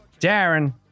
darren